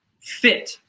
fit